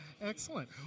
Excellent